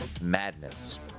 madness